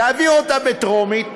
תעביר אותה בטרומית,